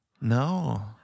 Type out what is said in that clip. No